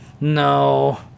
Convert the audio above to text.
no